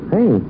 Hey